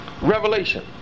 Revelation